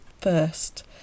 first